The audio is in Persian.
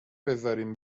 بذارین